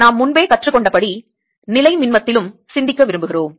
நாம் முன்பே கற்றுக்கொண்டபடி நிலைமின்மத்திலும் சிந்திக்க விரும்புகிறோம்